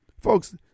Folks